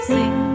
Sing